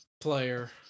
player